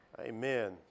amen